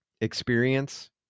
experience